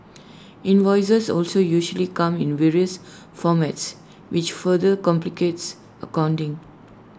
invoices also usually come in various formats which further complicates accounting